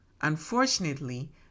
Unfortunately